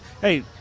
hey